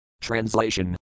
Translation